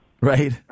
Right